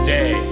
Day